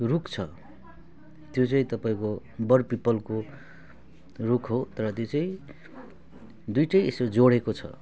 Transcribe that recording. रुख छ त्यो चाहिँ तपाईँको बर पिपलको रुख हो तर त्यो चाहिँ दुइवटै यसो जोडेको छ